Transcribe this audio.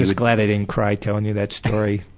ah glad i didn't cry telling you that story.